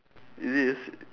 it is